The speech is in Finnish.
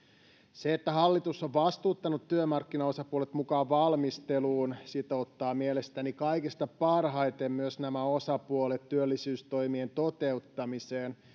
se että hallitus on vastuuttanut työmarkkinaosapuolet mukaan valmisteluun sitouttaa mielestäni kaikista parhaiten myös nämä osapuolet työllisyystoimien toteuttamiseen